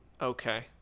Okay